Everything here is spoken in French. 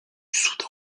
soudan